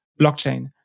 blockchain